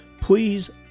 please